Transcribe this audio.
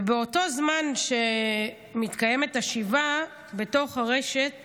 ובאותו זמן שמתקיימת השבעה, בתוך הרשת